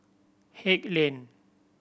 Haig Lane